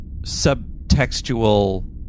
subtextual